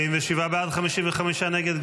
47 בעד, 55 נגד.